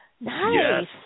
Nice